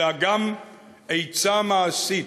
אלא גם עצה מעשית,